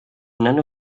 none